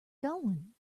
going